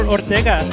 Ortega